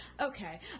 Okay